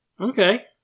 Okay